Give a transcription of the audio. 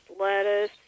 lettuce